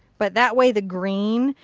but that way, the green.